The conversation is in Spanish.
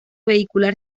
vehicular